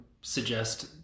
suggest